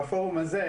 בפורום הזה,